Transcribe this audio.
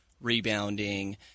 rebounding